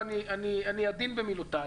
ואני עדין במילותיי.